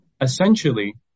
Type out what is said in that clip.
essentially